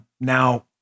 now